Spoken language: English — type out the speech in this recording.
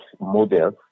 models